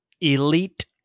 elite